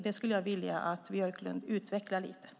Det skulle jag vilja att Björklund utvecklar lite.